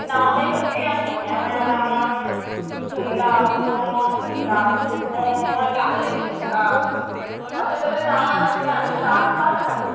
तीं नांवां मागीर कसलीय आसूं येवें येवें येवें सुंगटां वों वों वों सुंगटां वों वों वों गालीक सुंगटां अशे तरेन नांवां आशिल्लीं हांवें चार पांच खालीं